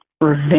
Revenge